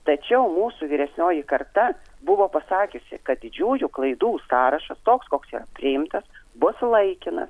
tačiau mūsų vyresnioji karta buvo pasakiusi kad didžiųjų klaidų sąrašas toks koks yra priimtas bus laikinas